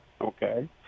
okay